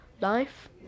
life